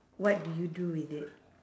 what do you do with it